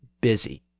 busy